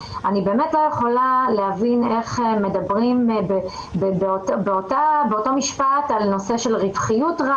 אני באמת לא יכולה להבין איך מדברים באותו משפט על הנושא של רווחיות.